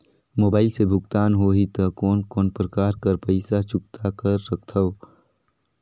Mobile से भुगतान होहि त कोन कोन प्रकार कर पईसा चुकता कर सकथव?